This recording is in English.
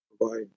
provide